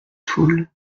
toul